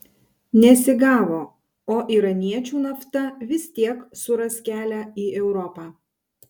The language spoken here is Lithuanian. nesigavo o iraniečių nafta vis tiek suras kelią į europą